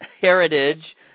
heritage